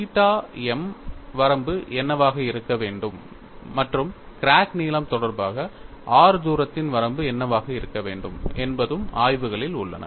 theta m வரம்பு என்னவாக இருக்க வேண்டும் மற்றும் கிராக் நீளம் தொடர்பாக r தூரத்தின் வரம்பு என்னவாக இருக்க வேண்டும் என்பதும் ஆய்வுகளில் உள்ளன